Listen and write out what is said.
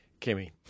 Kimmy